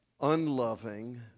unloving